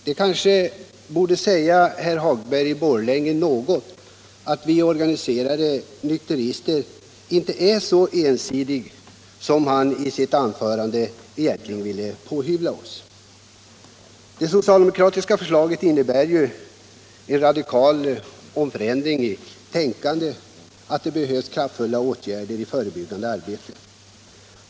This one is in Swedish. Det kanske borde säga herr Hagberg i Borlänge något om att vi organiserade nykterister inte är så ensidiga som han i sitt anförande ville påstå. Det socialdemokratiska förslaget innebär en radikal omändring i tänkandet, att det behövs kraftfulla åtgärder i det förebyggande arbetet.